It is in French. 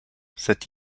cette